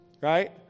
right